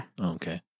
Okay